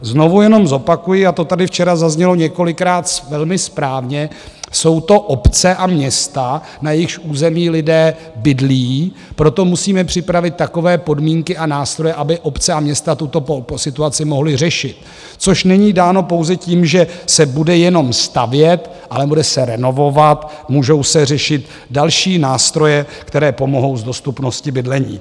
Znovu jenom zopakuji, a to tady včera zaznělo několikrát velmi správně, jsou to obce a města, na jejichž území lidé bydlí, proto musíme připravit takové podmínky a nástroje, aby obce a města tuto situaci mohly řešit, což není dáno pouze tím, že se bude jenom stavět, ale bude se renovovat, můžou se řešit další nástroje, které pomohou s dostupností bydlení.